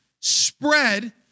spread